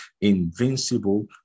invincible